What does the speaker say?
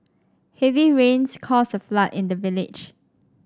heavy rains caused a flood in the village